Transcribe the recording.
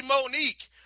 monique